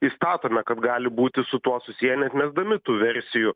išstatome kad gali būti su tuo susiję neatmesdami tų versijų